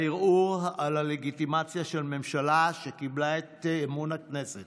בערעור על הלגיטימציה של ממשלה שקיבלה את אמון הכנסת